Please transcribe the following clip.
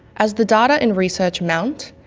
as the data and research mount,